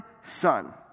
son